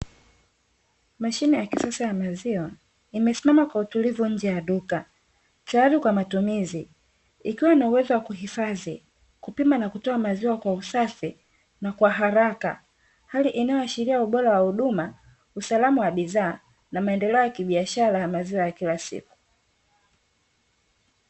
Mashine ya kisasa ya maziwa imesimama kwa utulivu nje ya duka, tayari kwa matumizi ikiwa na uwezo wa kuhifadhi, kupima na kutoa maziwa kwa usafi, na kwaharaka. Hali inayoashiria ubora wa huduma, usalama wa bidhaa na maendeleo ya kibiashara ya maziwa ya kila siku.